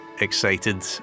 excited